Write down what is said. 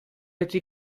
été